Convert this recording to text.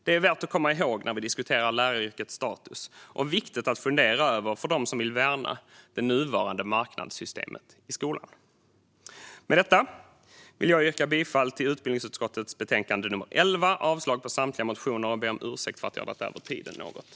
Det är värt att komma ihåg när vi diskuterar läraryrkets status och viktigt att fundera över för dem som vill värna det nuvarande marknadssystemet i skolan. Med detta yrkar jag bifall till utbildningsutskottets förslag i betänkande UbU11 och avslag på samtliga motioner.